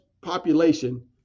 population